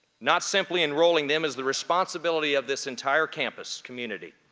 not simply enrolling them, is the responsibility of this entire campus community.